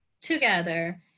together